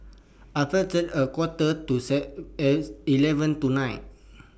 A Quarter to eleven tonight